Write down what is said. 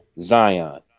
Zion